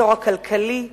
במישור הכלכלי,